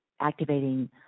activating